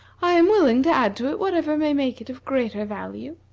i am willing to add to it whatever may make it of greater value.